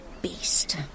beast